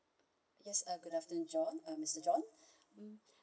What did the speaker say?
yes uh good afternoon john uh mister john